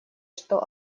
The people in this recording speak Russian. что